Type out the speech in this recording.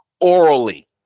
orally